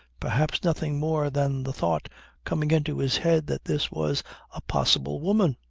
perhaps nothing more than the thought coming into his head that this was a possible woman.